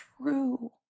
true